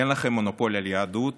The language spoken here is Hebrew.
אין לכם מונופול על היהדות,